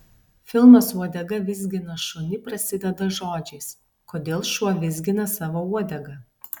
filmas uodega vizgina šunį prasideda žodžiais kodėl šuo vizgina savo uodegą